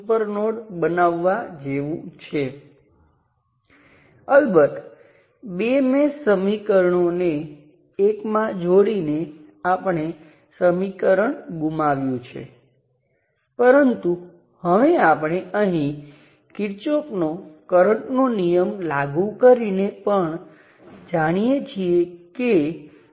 હવે હું શું કહું છું હું કહું છું કે આ બે નોડ એકસાથે જોડાઈ શકે છે કારણ કે સર્કિટમાં કંઈપણ બદલ્યા વિના બંને 6 વોલ્ટ છે આ એક સરળ સર્કિટ છે અને જો તમે આ જોડી કે જોડયાં વગર આ રેઝિસ્ટરમાંથી કરંટને જોશો તો ત્યાં બીજું શું છે